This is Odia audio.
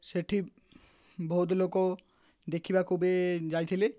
ସେଠି ବହୁତ ଲୋକ ଦେଖିବାକୁ ବି ଯାଇଥିଲେ